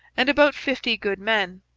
and about fifty good men.